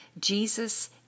Jesus